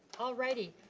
alrighty.